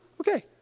Okay